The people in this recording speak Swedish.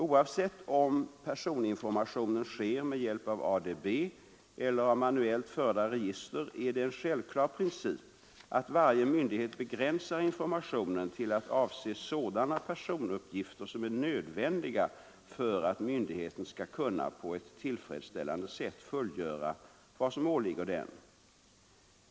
Oavsett om personinformationen sker med hjälp av ADB eller av manuellt förda register är det en självklar princip att varje myndighet begränsar informationen till att avse sådana personuppgifter som är nödvändiga för att myndigheten skall kunna på ett tillfredsställande sätt fullgöra vad som åligger den.